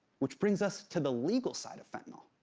which brings us to the legal side of fentanyl.